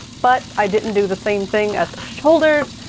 but i didn't do the same thing at the shoulders,